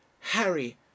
Harry